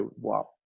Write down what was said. wow